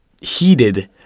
Heated